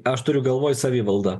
aš turiu galvoj savivaldą